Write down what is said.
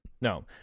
No